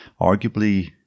Arguably